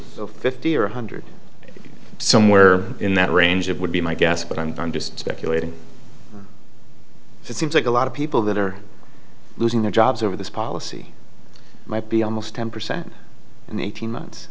so fifty or one hundred somewhere in that range of would be my guess but i'm just speculating it seems like a lot of people that are losing their jobs over this policy might be almost ten percent in eighteen months